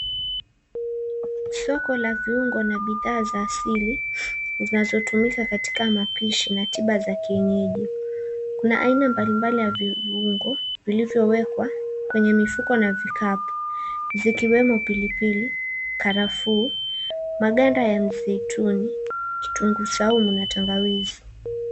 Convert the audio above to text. Soko la viungo na bidhaa za asili zinazotumika katika mapishi na tiba za kienyeji. Kuna aina mbali mbali ya viungo zilizowekwa kwenye mifuko na vikapu zikiwemo pilipili, karafuu, maganda ya msituni, kitunguu saumu na tangawizi.